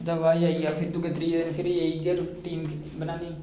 ओह्दे बाद च जाइयै फिर दुए त्रीए दिन फिर इ'यै रूटीन बनानी